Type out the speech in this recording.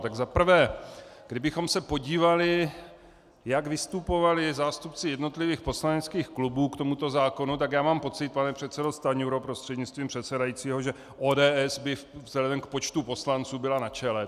Tak za prvé, kdybychom se podívali, jak vystupovali zástupci jednotlivých poslaneckých klubů k tomuto zákonu, tak já mám pocit, pane předsedo Stanjuro prostřednictvím předsedajícího, že ODS by vzhledem k počtu poslanců byla na čele.